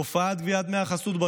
תופעת גביית דמי החסות,